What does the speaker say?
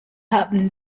haben